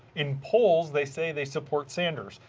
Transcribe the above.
in polls, they say they support centers.